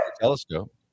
telescope